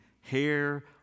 hair